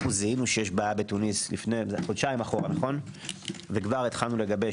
זיהינו שיש בעיה בטוניס חודשיים אחורה וכבר התחלנו לגבש